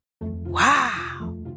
Wow